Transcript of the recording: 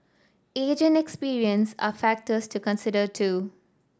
age and experience are factors to consider too